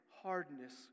hardness